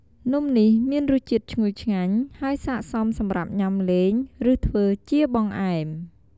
នំនេះមានរសជាតិឈ្ងុយឆ្ងាញ់ ហើយស័ក្តិសមសម្រាប់ញ៉ាំលេង ឬធ្វើជាបង្អែម។